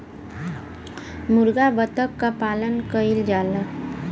मुरगा बत्तख क पालन कइल जाला